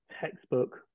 textbook